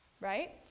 right